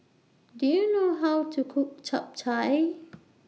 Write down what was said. Do YOU know How to Cook Chap Chai